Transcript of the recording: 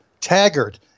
Taggart